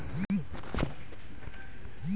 బ్యాంకులు జారీ చేసి ఏటీఎం కార్డు అన్ని డెబిట్ కార్డులే